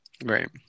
Right